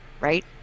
right